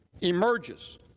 emerges